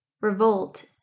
revolt